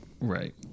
Right